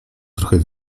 trochę